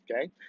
Okay